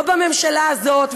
לא בממשלה הזאת,